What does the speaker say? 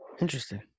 interesting